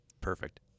Perfect